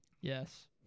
yes